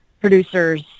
producers